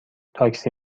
تاکسی